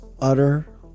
utter